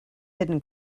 hidden